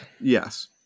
Yes